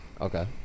Okay